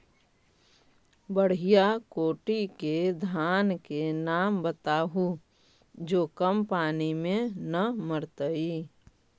बढ़िया कोटि के धान के नाम बताहु जो कम पानी में न मरतइ?